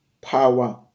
power